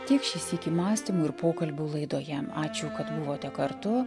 tik šį sykį mąstymų ir pokalbių laidoje ačiū kad buvote kartu